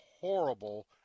horrible